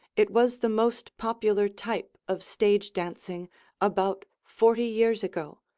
it was the most popular type of stage dancing about forty years ago,